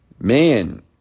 man